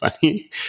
funny